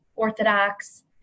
Orthodox